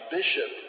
bishop